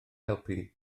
helpu